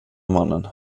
mannen